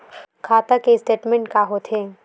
खाता के स्टेटमेंट का होथे?